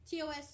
TOS